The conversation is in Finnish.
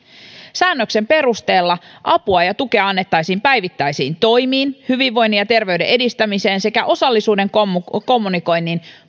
säännöksen perusteella apua ja tukea annettaisiin päivittäisiin toimiin hyvinvoinnin ja terveyden edistämiseen sekä osallisuuden kommunikoinnin kommunikoinnin